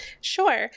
Sure